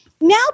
Now